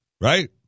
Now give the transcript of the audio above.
right